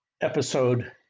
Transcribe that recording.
Episode